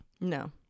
no